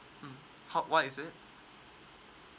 mm how what is it